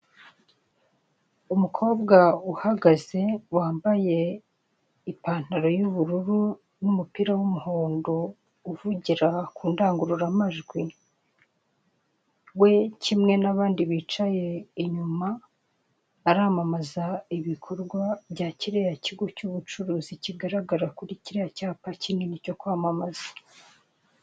Umukobwa uhagaze wambaye ipantaro y'ubururu n'umupira w'umuhondo uvugira ku ndangururamajwi, we kimwe n'abandi bicaye inyuma baramamaza ibikorwa bya kiriya kigo cy'ubucuruzi kigaragara kuri kiriya cyapa kinini cyo kwamamaza.